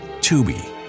Tubi